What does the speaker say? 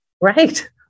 Right